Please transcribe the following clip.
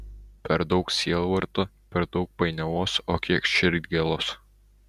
per daug sielvarto per daug painiavos o kiek širdgėlos